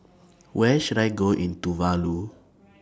Where should I Go in Tuvalu